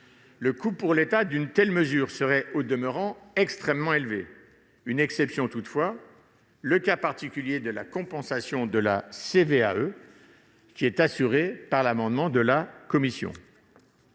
Le coût pour l'État d'une telle mesure serait, au demeurant, extrêmement élevé, exception faite du cas particulier de la compensation de la CVAE proposée à l'amendement de la commission